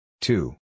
Two